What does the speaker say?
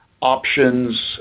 options